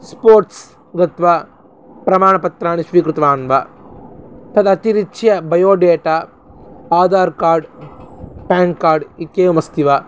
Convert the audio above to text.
sports गत्वा प्रमाणपत्राणि स्वीकृतवान् वा तदतिरिच्य बयोडेटा आदार्कार्ड् प्यान् कार्ड् इत्येवमस्ति वा